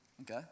Okay